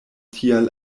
tial